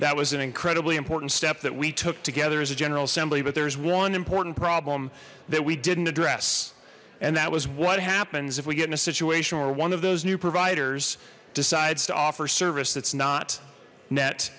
that was an incredibly important step that we took together as a general assembly but there's one important problem that we didn't address and that was what happens if we get in a situation where one of those new providers decides to offer service that's not net